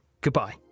goodbye